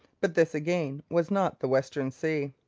but this, again, was not the western sea.